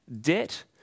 debt